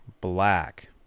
Black